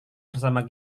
bersama